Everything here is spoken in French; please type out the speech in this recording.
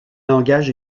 engage